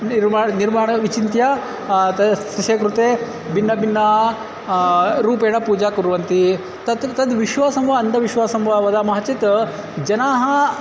निर्माणं निर्माणं विचिन्त्य तस्य कृते भिन्नभिन्न रूपेण पूजा कुर्वन्ति तत्र तद् विश्वासं वा अन्धविश्वासं वा वदामः चेत् जनाः